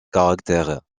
caractère